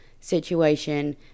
situation